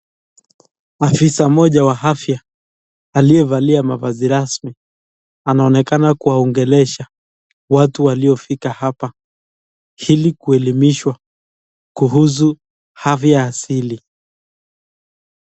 Afisa mmoja wa afya, aliyevalia mavazi rasmi. Anaonekana kuwaogelesha watu waliofika hapa. Ili kuelimishwa kuhusu afya asili.